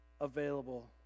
available